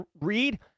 read